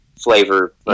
flavor